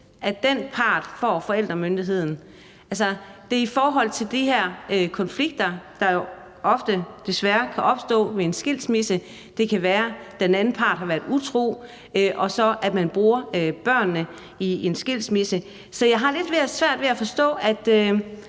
at den part får forældremyndigheden? Det er i forhold til de her konflikter, der jo desværre ofte kan opstå ved en skilsmisse. Det kan være, at den anden part har været utro, og at man så bruger børnene i en skilsmisse. Så jeg har lidt svært ved at forstå, at